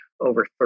Over